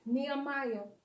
Nehemiah